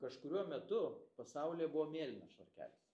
kažkuriuo metu pasaulyje buvo mėlynas švarkelis